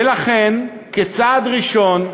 ולכן, כצעד ראשון,